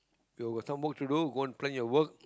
you got some work to do go and plan your work